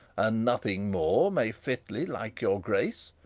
and nothing more, may fitly like your grace,